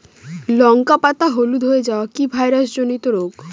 লঙ্কা পাতা হলুদ হয়ে যাওয়া কি ভাইরাস জনিত রোগ?